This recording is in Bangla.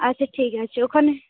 আচ্ছা ঠিক আছে ওখানে